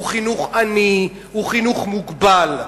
הוא חינוך עני, הוא חינוך מוגבל.